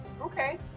Okay